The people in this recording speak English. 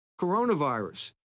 coronavirus